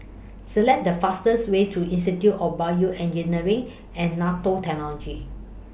Select The fastest Way to Institute of Bioengineering and Nanotechnology